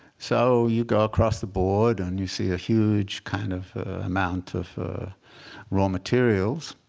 so you go across the board. and you see a huge kind of amount of raw materials.